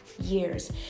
years